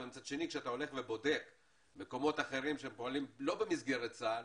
אבל מצד שני כשהולכים ובודקים מקומות אחרים שפועלים לא במסגרת צה"ל,